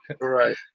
Right